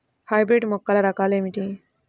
Hybrid మొక్కల రకాలు ఏమిటి?